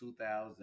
2000